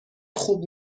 خوب